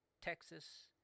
Texas